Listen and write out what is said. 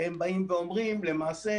כי הם באים ואומרים: למעשה,